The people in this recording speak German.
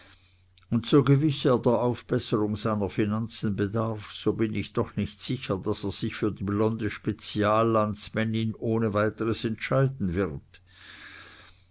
und so gewiß er der aufbesserung seiner finanzen bedarf so bin ich doch nicht sicher daß er sich für die blonde speziallandsmännin ohne weiteres entscheiden wird